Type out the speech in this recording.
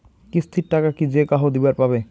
কিস্তির টাকা কি যেকাহো দিবার পাবে?